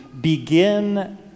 begin